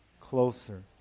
closer